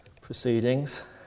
proceedings